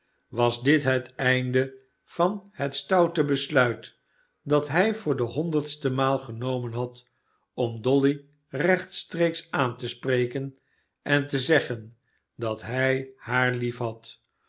was dit het einde van het stoute besluit dat hij voor de honderdste maal genomen had om dolly rechtstreeks aan te spreken en te zeggen dat hij haar liefhad